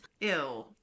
Ew